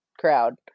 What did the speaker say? crowd